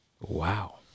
Wow